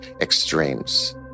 extremes